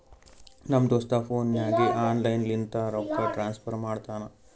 ನಮ್ ದೋಸ್ತ ಫೋನ್ ನಾಗೆ ಆನ್ಲೈನ್ ಲಿಂತ ರೊಕ್ಕಾ ಟ್ರಾನ್ಸಫರ್ ಮಾಡ್ತಾನ